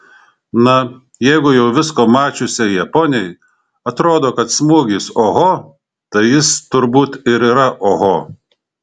na jeigu jau visko mačiusiai japonei atrodo kad smūgis oho tai jis turbūt ir yra oho